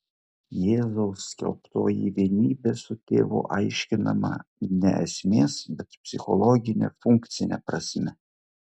jėzaus skelbtoji vienybė su tėvu aiškinama ne esmės bet psichologine funkcine prasme